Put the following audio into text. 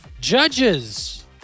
judges